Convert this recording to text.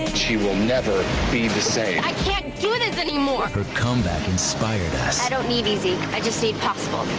she will never be the same. i can't do this anymore. her comeback inspired us. i don't need easy i just need possible.